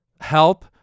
help